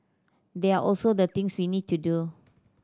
these are also the things we need to do